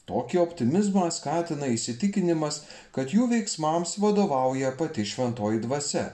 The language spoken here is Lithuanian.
tokį optimizmą skatina įsitikinimas kad jų veiksmams vadovauja pati šventoji dvasia